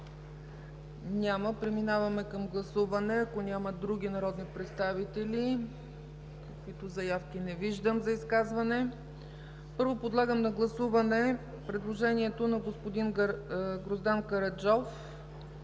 Няма. Премиваме към гласуване, ако няма други народни представители? Не виждам заявки за изказване. Първо, подлагам на гласуване предложението на господин Гроздан Караджов